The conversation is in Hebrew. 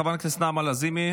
חברת הכנסת נעמה לזימי,